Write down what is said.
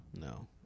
No